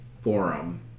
Forum